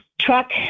truck